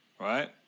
Right